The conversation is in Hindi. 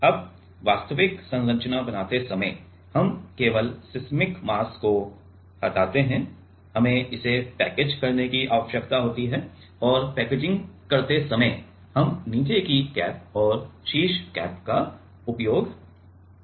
अब वास्तविक संरचना बनाते समय हम इसे केवल सिस्मिक मास को हटाते हैं हमें इसे पैकेज करने की आवश्यकता होती है और पैकेजिंग करते समय हम नीचे की कैप और शीर्ष कैप का उपयोग करते हैं